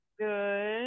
good